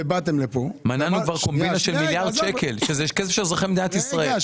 מנענו כבר קומבינה של מיליארד שקלים שזה כסף של אזרחי ישראל.